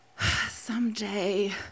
someday